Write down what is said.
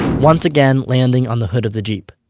once again landing on the hood of the jeep.